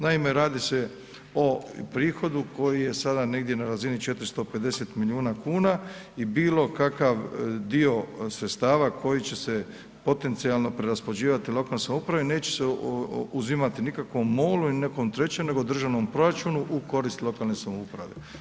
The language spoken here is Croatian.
Naime, radi se o prihodu koji je sada negdje na razini 450 milijuna kuna i bilo kakav dio sredstava koji će se potencijalno preraspoređivati u lokalne samouprave neće se uzimati nikakvom Molu ili nekom trećem, nego državnom proračunu u korist lokalne samouprave.